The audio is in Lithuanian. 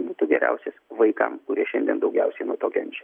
būtų geriausias vaikam kurie šiandien daugiausiai nuo to kenčia